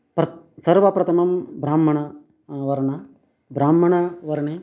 प्रत् सर्वप्रथमं ब्राह्मणः वर्ण ब्राह्मणवर्णे